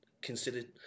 considered